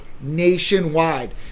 nationwide